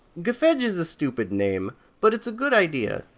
gfegj is a stupid name, but it's a good idea.